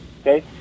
Okay